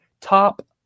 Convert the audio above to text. top